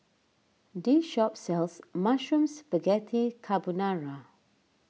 this shop sells Mushroom Spaghetti Carbonara